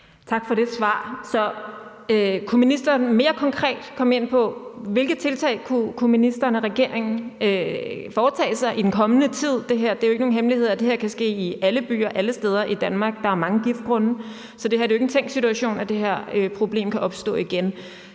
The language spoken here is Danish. Tak for det svar. Kunne ministeren mere konkret komme ind på, hvilke tiltag ministeren og regeringen kunne tage i den kommende tid? Det er jo ikke nogen hemmelighed, at det her kan ske i alle byer alle steder i Danmark. Der er mange giftgrunde. Så det er jo ikke en tænkt situation, at det her problem kan opstå igen.